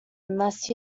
unless